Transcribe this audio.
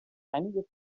einige